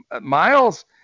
Miles